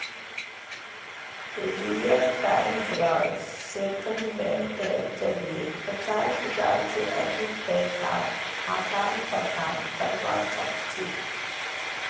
real time gross सेटलमेंटेर जरिये पचास हज़ार से अधिक पैसार आदान प्रदान करवा सक छी